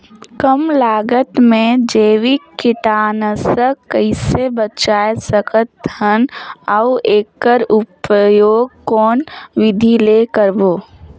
कम लागत मे जैविक कीटनाशक कइसे बनाय सकत हन अउ एकर उपयोग कौन विधि ले करबो?